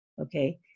okay